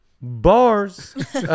Bars